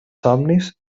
somnis